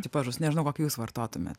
tipažus nežinau kokį jūs vartotumėt